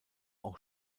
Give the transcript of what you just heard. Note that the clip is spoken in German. auch